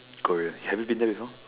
Korea have you been there before